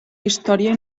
història